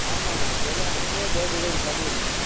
ஆமாங்க எதாவது நீங்களே டோர் டெலிவரி பண்ணிடணும்